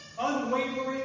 unwavering